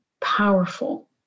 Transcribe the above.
powerful